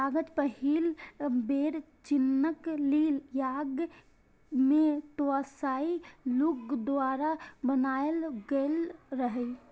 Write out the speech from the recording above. कागज पहिल बेर चीनक ली यांग मे त्साई लुन द्वारा बनाएल गेल रहै